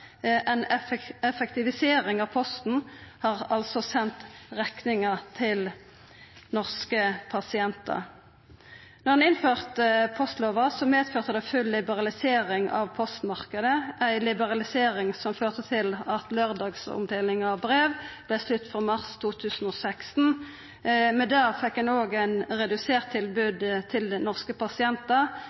effektivisering av Posten har altså sendt rekninga til norske pasientar. Da ein innførte postlova, medførte det full liberalisering av postmarknaden, ei liberalisering som førte til at laurdagsomdeling av brev vart slutt frå mars 2016. Med det fekk ein òg eit redusert tilbod til norske pasientar